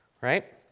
right